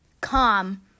calm